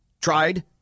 tried